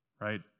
right